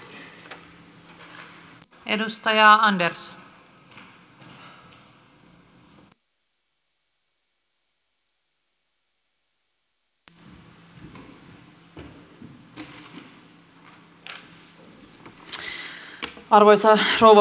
arvoisa rouva puhemies